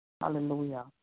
Hallelujah